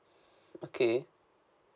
okay